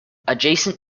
adjacent